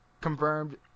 confirmed